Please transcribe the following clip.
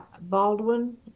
Baldwin